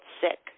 sick